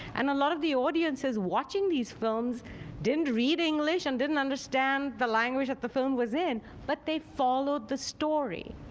and a lot of the audiences watching these films didn't read english and didn't understand the language that the film was in, but they followed the story.